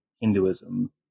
Hinduism